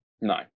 No